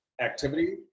activity